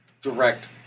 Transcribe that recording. direct